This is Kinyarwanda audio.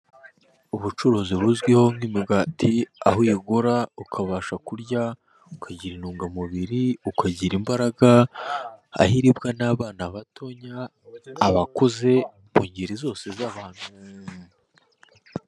Ubucuruzi buzwiho nk'imigati aho uyigura, ukabasha kurya, ukagira intungamubiri ukagira imbaraga aho iribwa n'abana batonya, abakuze mu ngeri zose z'ahantu.